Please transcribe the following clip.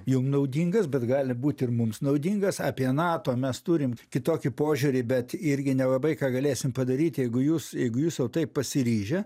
jum naudingas bet gali būti ir mums naudingas apie nato mes turim kitokį požiūrį bet irgi nelabai ką galėsim padaryti jeigu jūs jeigu jūs jau taip pasiryžę